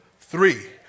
three